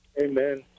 Amen